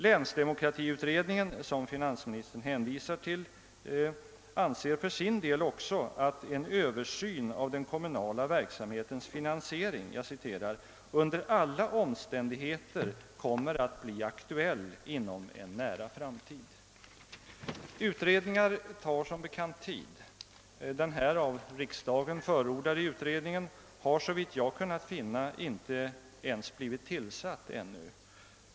Länsdemokratiutredningen, som finansministern hänvisar till, anser för sin del också »att en översyn av den kommunala verksamhetens finansiering under alla omständigheter kommer att bli aktuell inom en nära framtid«. Utredningar tar som bekant tid; den här av riksdagen förordade utredningen har såvitt jag kunnat finna inte blivit tillsatt ännu.